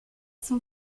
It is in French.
sont